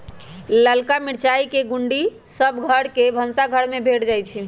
ललका मिरचाई के गुण्डी सभ घर के भनसाघर में भेंट जाइ छइ